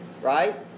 right